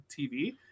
TV